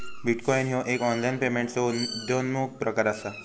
bitcoin ह्यो एक online पेमेंटचो उद्योन्मुख प्रकार असा